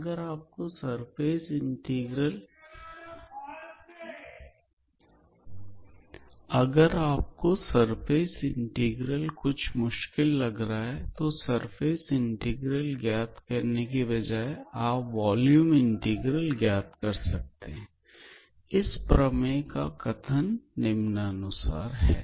अगर आपको surface integral कुछ मुश्किल लग रहा है तो सर्फेस इंटीग्रल ज्ञात करने के बजाए आप वॉल्यूम इंटीग्रल ज्ञात कर सकते हैं इस प्रमेय का कथन निम्नानुसार है